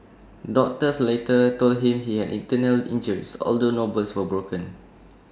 doctors later told him he had internal injuries although no bones were broken